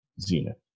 zenith